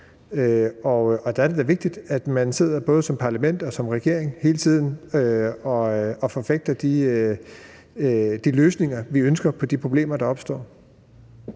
Der er det da vigtigt, at man både som parlament og som regering hele tiden sidder og forfægter de løsninger, vi ønsker, på de problemer, der opstår.